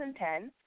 2010